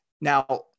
Now